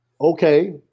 Okay